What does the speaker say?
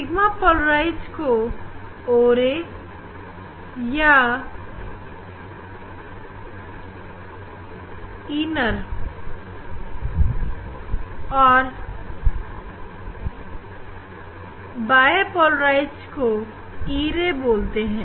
sigma polarise को o ray या inner Refer Time 0211 और बायपोलराइज को e ray कहते हैं